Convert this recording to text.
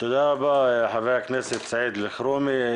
תודה רבה חבר הכנסת סעיד אלחרומי.